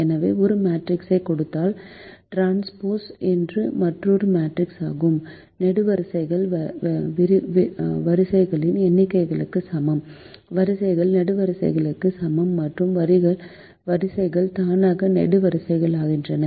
எனவே ஒரு மேட்ரிக்ஸைக் கொடுத்தால் டிரான்ஸ்போஸ் என்பது மற்றொரு மேட்ரிக்ஸ் ஆகும் நெடுவரிசைகள் வரிசைகளின் எண்ணிக்கைக்கு சமம் வரிசைகள் நெடுவரிசைகளுக்கு சமம் மற்றும் வரிசைகள் தானாக நெடுவரிசைகளாகின்றன